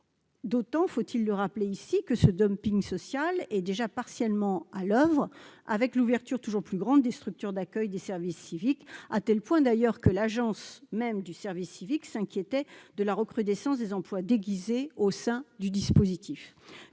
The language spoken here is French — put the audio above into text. d'autant, faut-il le rappeler ici, que ce dumping social est déjà partiellement à l'oeuvre, avec l'ouverture toujours plus grande des structures d'accueil du service civique, à tel point que l'Agence du service civique elle-même s'inquiète de la recrudescence des emplois déguisés au sein du dispositif.